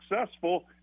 successful